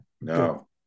No